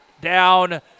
down